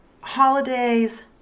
holidays